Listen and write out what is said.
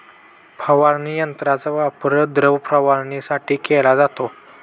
फवारणी यंत्राचा वापर द्रव फवारणीसाठी केला जातो